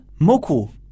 moku